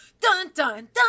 Dun-dun-dun